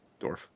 dwarf